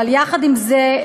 אבל יחד עם זה,